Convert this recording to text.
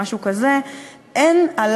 או משהו כזה,